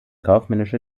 kaufmännische